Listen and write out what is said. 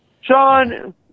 Sean